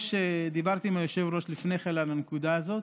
דיברתי עם היושב-ראש לפני כן על הנקודה הזאת,